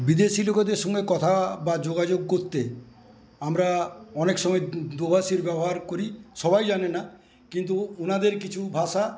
বিদেশি লোকেদের সঙ্গে কথা বা যোগাযোগ করতে আমরা অনেক সময়ে দোভাষীর ব্যবহার করি সবাই জানে না কিন্তু ওনাদের কিছু ভাষা